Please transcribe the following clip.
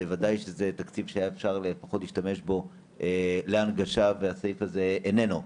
הסעיף של ההנגשה איננו.